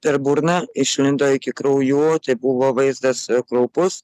per burną išlindo iki kraujų o tai buvo vaizdas kraupus